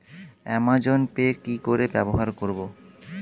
Amazon Pay কি করে ব্যবহার করব?